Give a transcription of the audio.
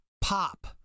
pop